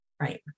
Right